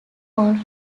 hall